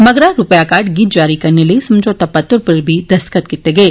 मगरा रपेआ कार्ड गी जारी करने लेई समझौता पत्र उप्पर बी दस्तखत कीते गे